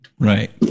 Right